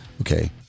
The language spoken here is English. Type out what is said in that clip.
Okay